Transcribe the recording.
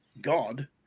God